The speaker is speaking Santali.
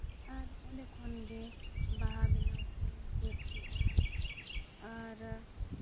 ᱟᱨ ᱚᱸᱰᱮ ᱠᱷᱚᱱᱜᱮ ᱵᱟᱦᱟ ᱵᱮᱱᱟᱣ ᱠᱚᱧ ᱪᱮᱫ ᱠᱮᱫᱼᱟ ᱟᱨ